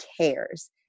cares